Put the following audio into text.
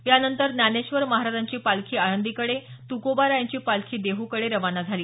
यानंतर ज्ञानेश्वर महाराजांची पालखी आळंदीकडे तुकोबा रायांची पालखी देहूकडे रवाना झाला